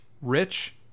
rich